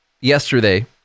Yesterday